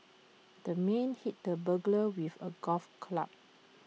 the man hit the burglar with A golf club